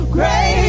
Great